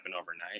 overnight